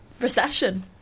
Recession